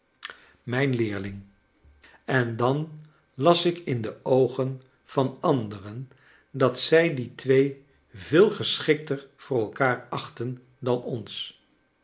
mijn leerling en dan las ik in de oogen van anderen dat zij die twee veel geschikter voor elkaar achtten dan ons